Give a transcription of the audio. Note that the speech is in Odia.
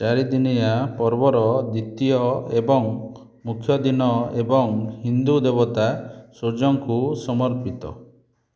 ଚାରିଦିନିଆ ପର୍ବର ଦ୍ୱିତୀୟ ଏବଂ ମୁଖ୍ୟ ଦିନ ଏବଂ ହିନ୍ଦୁ ଦେବତା ସୂର୍ଯ୍ୟଙ୍କୁ ସମର୍ପିତ